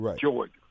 Georgia